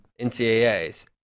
NCAAs